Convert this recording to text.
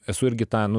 esu irgi tą nu